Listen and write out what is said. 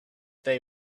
they